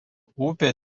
upė